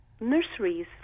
nurseries